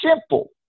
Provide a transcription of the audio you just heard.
simple